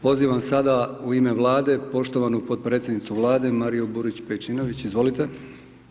Pozivam sada u ime Vlade, poštovanog potpredsjednicu Vlade, Mariju Burić Pejčinović, izvolite.